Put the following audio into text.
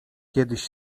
kiedyś